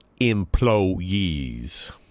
employees